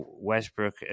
westbrook